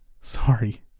Sorry